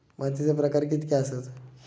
मातीचे प्रकार कितके आसत?